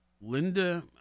Linda